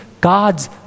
God's